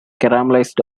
caramelized